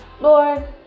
Lord